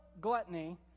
gluttony